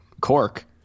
cork